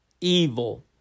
evil